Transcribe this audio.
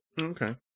Okay